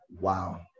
Wow